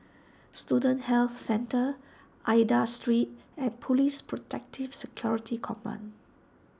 Student Health Centre Aida Street and Police Protective Security Command